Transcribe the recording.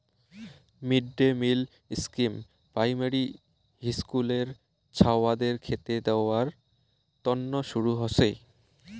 mid day meal scheme primary হিস্কুলের ছাওয়াদের খেতে দেয়ার তন্ন শুরু হসে